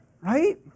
right